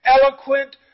eloquent